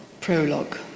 Prologue